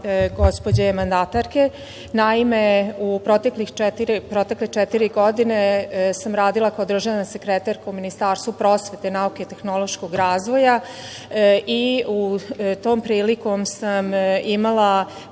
gospođe mandatarke. Naime, u protekle četiri godine sam radila kod državne sekretarke u Ministarstvu prosvete, nauke i tehnološkog razvoja i tom prilikom sam imala